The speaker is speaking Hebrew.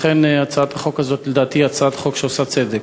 הצעת החוק הזאת, לדעתי, היא הצעת חוק שעושה צדק.